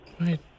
Right